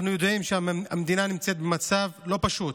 אנחנו יודעים שהמדינה נמצאת במצב לא פשוט,